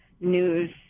news